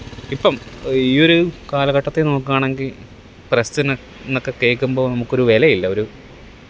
ഇപ്പം ഈയൊരു കാലഘട്ടത്തിൽ നോക്കുവാണെങ്കിൽ പ്രസിന് എന്നൊക്കെ കേൾക്കുമ്പോൾ നമുക്ക് ഒരു വിലയില്ല ഒരു